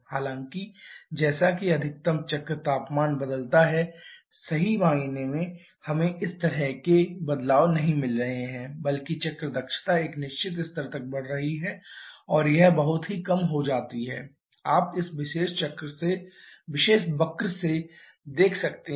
हालांकि जैसा कि अधिकतम चक्र तापमान बदलता है सही मायने में हमें इस तरह के बदलाव नहीं मिल रहे हैं बल्कि चक्र दक्षता एक निश्चित स्तर तक बढ़ रही है और यह बहुत ही कम हो जाती है आप इस विशेष वक्र से देख सकते हैं